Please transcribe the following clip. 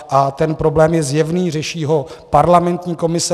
A ten problém je zjevný, řeší ho parlamentní komise.